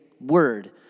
word